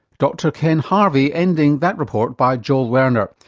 dr ken harvey ending that report by joel werner.